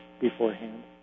beforehand